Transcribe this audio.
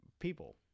People